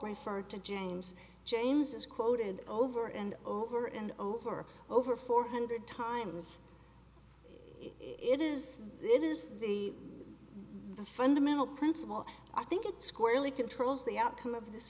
transferred to james james is quoted over and over and over over four hundred times it is it is the be fundamental principle i think it squarely controls the outcome of this